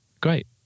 Great